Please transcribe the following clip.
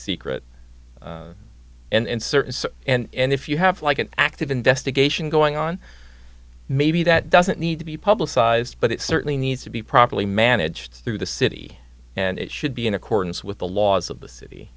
and certain and if you have like an active investigation going on maybe that doesn't need to be publicized but it certainly needs to be properly managed through the city and it should be in accordance with the laws of the city